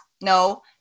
no